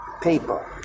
people